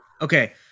Okay